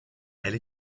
elle